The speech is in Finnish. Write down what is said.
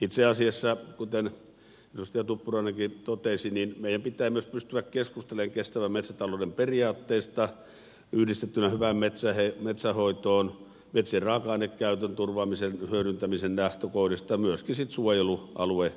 itse asiassa kuten edustaja tuppurainenkin totesi meidän pitää pystyä keskustelemaan myös kestävän metsätalouden periaatteesta yhdistettynä hyvään metsänhoitoon metsien raaka ainekäytön turvaamisen hyödyntämisen lähtökohdista ja myöskin sitten suojelualuetarpeesta